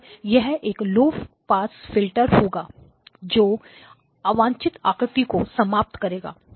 अतः यह एक लो पास फिल्टर होगा जो अवांछित आकृतियों को समाप्त करेगा